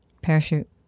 Parachute